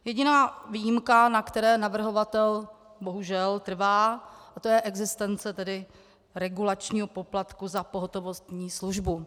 Jediná výjimka, na které navrhovatel, bohužel, trvá, to je existence regulačního poplatku za pohotovostní službu.